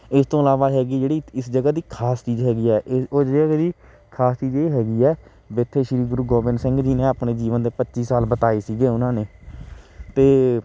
ਇਸ ਤੋਂ ਇਲਾਵਾ ਹੈਗੀ ਜਿਹੜੀ ਇਸ ਜਗ੍ਹਾ ਦੀ ਖਾਸ ਚੀਜ਼ ਹੈਗੀ ਹੈ ਇਹ ਉਸ ਜਗ੍ਹਾ ਦੀ ਖਾਸ ਚੀਜ਼ ਇਹ ਹੈਗੀ ਹੈ ਇੱਥੇ ਸ਼੍ਰੀ ਗੁਰੂ ਗੋਬਿੰਦ ਸਿੰਘ ਜੀ ਨੇ ਆਪਣੇ ਜੀਵਨ ਦੇ ਪੱਚੀ ਸਾਲ ਬਿਤਾਏ ਸੀਗੇ ਉਹਨਾਂ ਨੇ ਅਤੇ